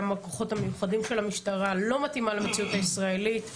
גם הכוחות המיוחדים של המשטרה - לא מתאימה למציאות הישראלית.